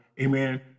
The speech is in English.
amen